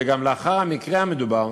וגם לאחר המקרה המדובר,